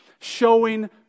showing